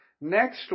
Next